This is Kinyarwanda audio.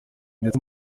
ndetse